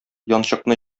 янчыкны